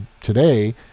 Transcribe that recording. today